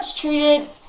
treated